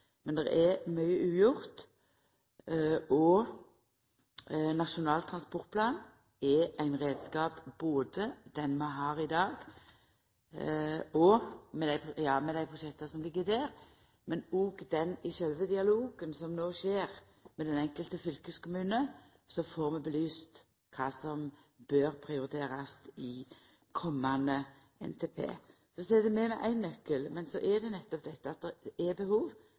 men det er mykje ugjort. Nasjonal transportplan er ein reiskap. Gjennom den vi har i dag, med dei prosjekta som ligg der, og den dialogen som no er i gang med den enkelte fylkeskommunen, får vi belyst kva som bør prioriterast i kommande NTP. Vi sit med éin nøkkel, men så er det nettopp dette at det er behov